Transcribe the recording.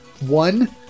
One